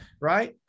right